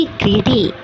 greedy।